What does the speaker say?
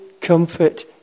comfort